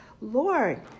Lord